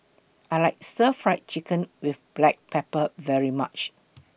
I like Stir Fried Chicken with Black Pepper very much